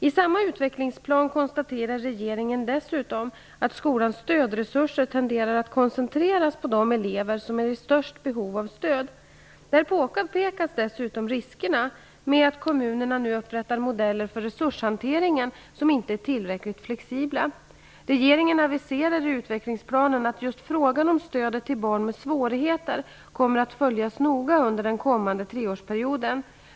I samma utvecklingsplan konstaterar regeringen dessutom att skolans stödresurser tenderar att koncentreras på de elever som är i störst behov av stöd. Där påpekas dessutom riskerna med att kommunerna nu upprättar modeller för resurshanteringen som inte är tillräckligt flexibla. Regeringen aviserar i utvecklingsplanen att just frågan om stödet till barn med svårigheter kommer att följas nogsamt under den kommande treårsperioden.